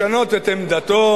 לשנות את עמדתו,